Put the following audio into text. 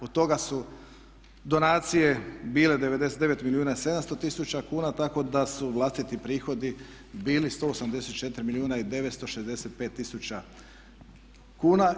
Od toga su donacije bile 99 milijuna i 700 tisuća kuna, tako da su vlastiti prihodi bili 184 milijuna i 965 tisuća kuna.